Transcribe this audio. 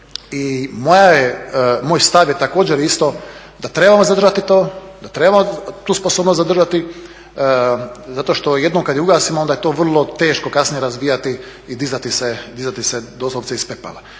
i moj je stav također isto da trebamo zadržati to, da trebamo tu sposobnost zadržati zato što jednom kad je ugasimo onda je to vrlo teško kasnije razvijati i dizati se doslovce iz pepela.